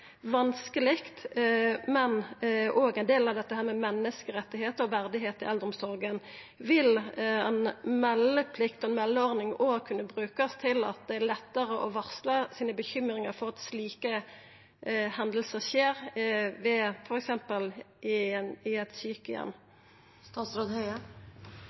ein del av det med menneskerettar og verdigheit i eldreomsorga. Vil ei meldeplikt og ei meldeordning òg kunne brukast for å gjera det lettare å varsla ei bekymring for at slike hendingar skjer, f.eks. ved